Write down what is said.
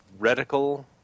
reticle